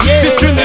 sister